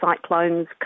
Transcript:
cyclones